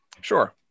Sure